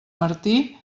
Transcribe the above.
martí